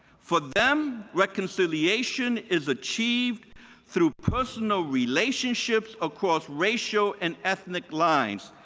for them, reconciliation is achieved through personal relationships across racial and ethnic lines.